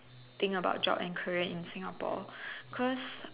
thing about job and current in Singapore cause